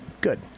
Good